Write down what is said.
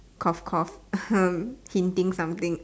cough cough ahem hinting something